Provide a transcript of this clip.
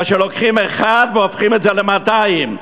שלוקחים אחד והופכים את זה ל-200,